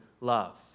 love